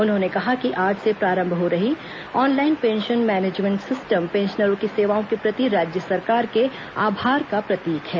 उन्होंने कहा कि आज से प्रारंभ हो रही ऑनलाइन पेंशन मैनेजमेंट सिस्टम पेंशनरों की सेवाओं के प्रति राज्य सरकार के आभार का प्रतीक है